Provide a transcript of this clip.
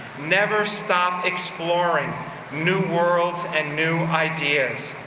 never stop exploring new worlds and new ideas.